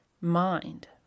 mind